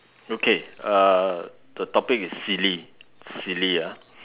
okay uh the topic is silly silly ah